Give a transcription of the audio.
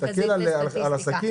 להסתכל על כל העסקים